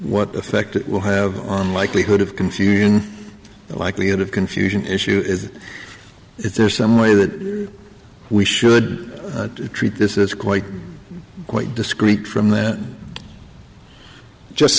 what effect it will have on likelihood of confusion likelihood of confusion issue is is there some way that we should treat this is quite quite discrete from the just